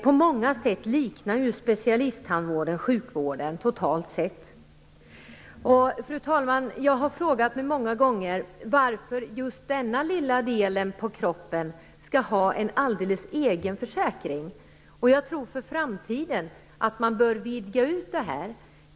På många sätt liknar ju specialisttandvården totalt sett sjukvården. Fru talman! Jag har många gånger frågat mig varför just den här aktuella lilla delen av kroppen skall ha en alldeles egen försäkring. Jag tror att en utvidgning bör ske i framtiden.